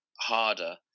harder